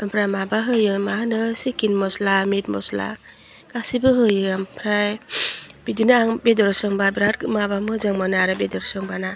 ओमफ्राय माबा होयो मा होनो च्चिकेन मस्ला मिट मस्ला गासिबो होयो ओमफ्राय बिदिनो आं बेदर संबा बिराद माबा मोजां मोनो आरो बेदर संबाना